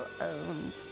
own